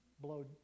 blow